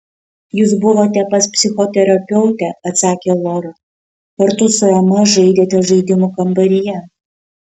jūs buvote pas psichoterapeutę atsakė lora kartu su ema žaidėte žaidimų kambaryje